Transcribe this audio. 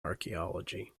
archaeology